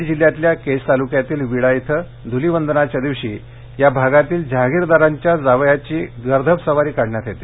बीड जिल्ह्यातील केज तालुक्यातील विडा इथं ध्वलिवंदनाच्या दिवशी या भागातील जहागीरदारांच्या जावयाची गदर्भ सवारी काढण्यात येते